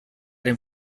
dem